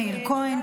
מאיר כהן,